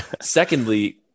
secondly